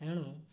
ଏଣୁ